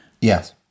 Yes